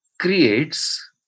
creates